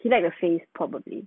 he like the face probably